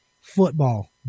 football